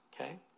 Okay